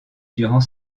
durant